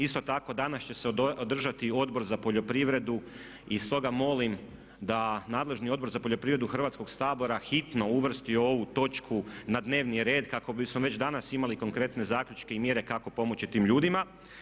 Isto tako danas će se održati Odbor za poljoprivredu i stoga molim da nadležni Odbor za poljoprivredu Hrvatskog sabora hitno uvrsti ovu točku na dnevni red kako bismo već danas imali konkretne zaključke i mjere kako pomoći tim ljudima.